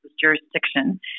jurisdiction